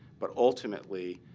but ultimately,